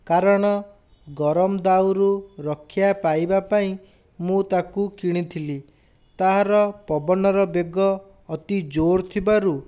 କାରଣ ଗରମ ଦାଉରୁ ରକ୍ଷା ପାଇବା ପାଇଁ ମୁଁ ତାକୁ କିଣିଥିଲି ତାହାର ପବନର ବେଗ ଅତି ଜୋର ଥିବାରୁ